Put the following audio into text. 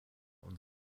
und